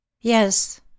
Yes